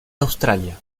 australia